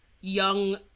young